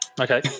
Okay